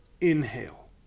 inhale